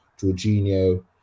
Jorginho